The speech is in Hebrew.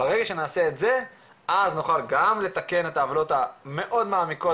ברגע שנעשה את זה אז נוכל גם לתקן את העוולות המאוד מעמיקות